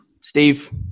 Steve